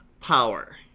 Power